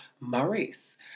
Maurice